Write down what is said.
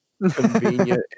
convenient